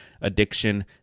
addiction